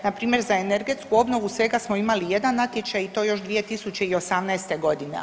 Npr. za energetsku obnovu svega smo imali jedan natječaj i to još 2018. godine.